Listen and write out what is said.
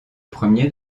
premier